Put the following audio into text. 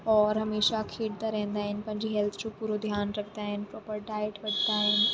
और हमेशा खेॾंदा रहंदा आहिनि पंहिंजी हेल्थ जो पूरो ध्यानु रखंदा आहिनि प्रोपर डाइट वठंदा आहिनि